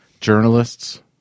journalists